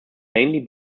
mainly